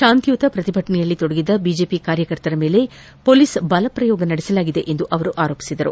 ಶಾಂತಿಯುತ ಪ್ರತಿಭಟನೆಯಲ್ಲಿ ತೊಡಗಿದ್ದ ಬಿಜೆಪಿ ಕಾರ್ಯಕರ್ತರ ಮೇಲೆ ಪೊಲೀಸ್ ಬಲಪ್ರಯೋಗ ನಡೆಸಲಾಗಿದೆ ಎಂದು ಅವರು ಆರೋಪಿಸಿದರು